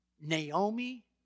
Naomi